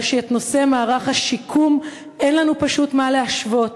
הרי שבנושא מערך השיקום אין לנו פשוט מה להשוות.